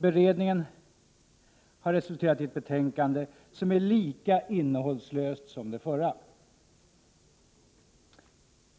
Beredningen har lett till ett betänkande som är lika innehållslöst som det förra.